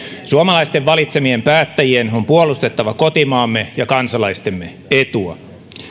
suomalaisten valitsemien päättäjien on puolustettava kotimaamme ja kansalaistemme etua